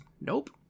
nope